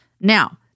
now